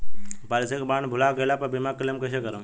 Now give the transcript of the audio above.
Policy के bond भुला गैला पर बीमा क्लेम कईसे करम?